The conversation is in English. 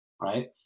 Right